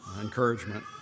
encouragement